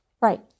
Right